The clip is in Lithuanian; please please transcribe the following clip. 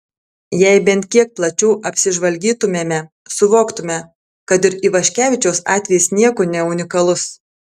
jei bent kiek plačiau apsižvalgytumėme suvoktume kad ir ivaškevičiaus atvejis niekuo neunikalus